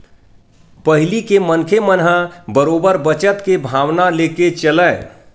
पहिली के मनखे मन ह बरोबर बचत के भावना लेके चलय